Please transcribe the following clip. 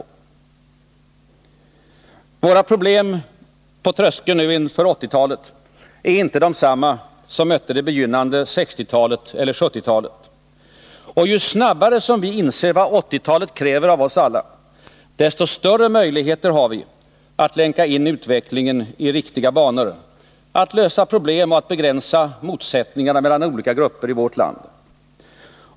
Våra problem på tröskeln till 1980-talet är inte desamma som mötte det begynnande 1960-talet eller 1970-talet. Och ju snabbare vi inser vad 1980-talet kräver av oss alla, desto större möjligheter har vi att länka in utvecklingen i riktiga banor, att lösa problemen och att begränsa motsättningarna mellan olika grupper i vårt land.